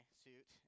suit